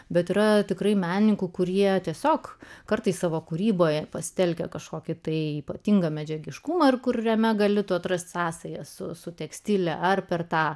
bet yra tikrai menininkų kurie tiesiog kartais savo kūryboje pasitelkia kažkokį tai ypatinga medžiagiškumą ar kuriame galėtų atrasti sąsajas su tekstile ar per tą